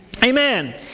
Amen